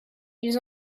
ils